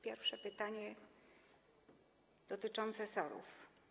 Pierwsze pytanie dotyczy SOR-ów.